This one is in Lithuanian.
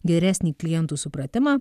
geresnį klientų supratimą